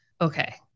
okay